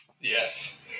Yes